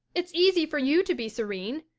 it's easy for you to be serene.